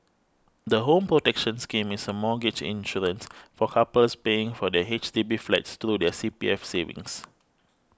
the Home Protection Scheme is a mortgage insurance for couples paying for their H D B flats through their C P F savings